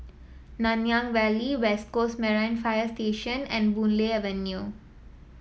Nanyang Valley West Coast Marine Fire Station and Boon Lay Avenue